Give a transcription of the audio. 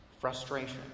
frustration